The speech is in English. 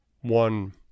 one